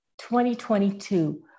2022